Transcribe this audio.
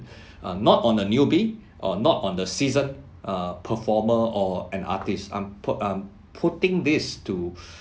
uh not on a newbie or not on the seasoned err performer or an artist I'm p~ I'm putting this to